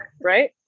right